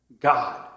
God